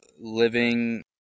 living